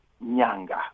nyanga